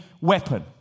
weapon